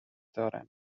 دارم